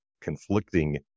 conflicting